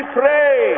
pray